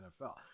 NFL